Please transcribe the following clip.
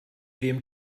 wem